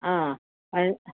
हा